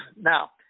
Now